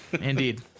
indeed